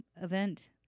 event